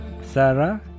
Sarah